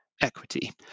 equity